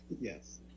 Yes